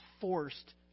forced